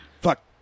Fuck